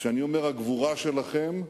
כשאני אומר הגבורה שלכם,